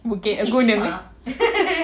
bukit gunung